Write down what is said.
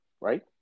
right